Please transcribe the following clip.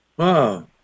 Wow